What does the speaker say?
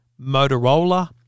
Motorola